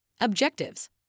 Objectives